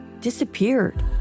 disappeared